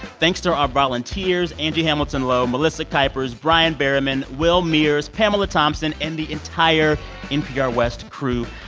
thanks to our volunteers angie hamilton-lowe, melissa kuypers, brian berumen, will mears, pamela thompson and the entire npr west crew.